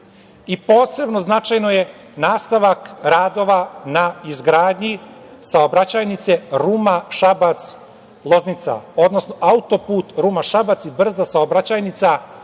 i posebno je značajno, nastavak radova na izgradnji saobraćajnice Ruma – Šabac – Loznica, odnosno autoput Ruma-Šabac i brza saobraćajnica